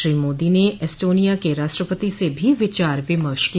श्री मोदी ने एस्टोनिया के राष्ट्रपति से भी विचार विमर्श किया